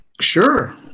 Sure